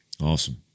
Awesome